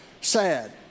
sad